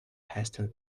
hasten